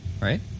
right